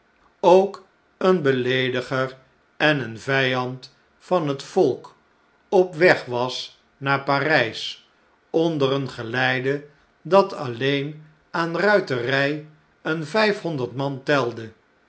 ook een beleediger en een vijand van het volk op weg was naar p a r ij s onder een geleide dat alleen aan ruiterij een vijfhonderd man telde